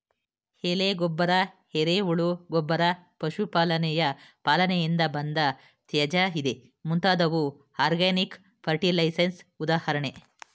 ಎಲೆ ಗೊಬ್ಬರ, ಎರೆಹುಳು ಗೊಬ್ಬರ, ಪಶು ಪಾಲನೆಯ ಪಾಲನೆಯಿಂದ ಬಂದ ತ್ಯಾಜ್ಯ ಇದೇ ಮುಂತಾದವು ಆರ್ಗ್ಯಾನಿಕ್ ಫರ್ಟಿಲೈಸರ್ಸ್ ಉದಾಹರಣೆ